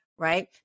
Right